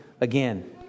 again